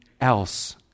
else